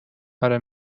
آره